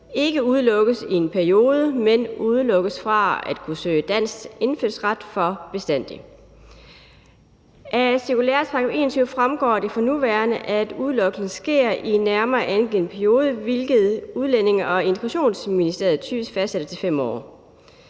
ikke udelukkes i en periode, men udelukkes fra at kunne søge dansk indfødsret for bestandig. Af cirkulærets § 21 fremgår det for nuværende, at udelukkelsen sker i en nærmere angivet periode, hvilket Udlændinge- og Integrationsministeriet typisk fastsættertil 5 år.